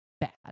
bad